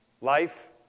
life